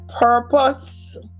purpose